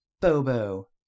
Bobo